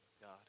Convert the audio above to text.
God